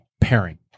pairing